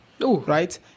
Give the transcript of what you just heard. right